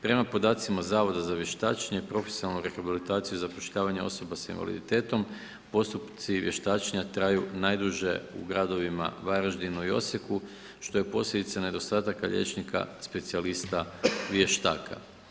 Prema podacima Zavoda za vještačenje, profesionalnu rehabilitaciju zapošljavanja osoba s invaliditetom, postupci vještačenja traju najduže u gradovima Varaždinu i Osijeku što je posljedica nedostataka liječnika specijalista vještaka.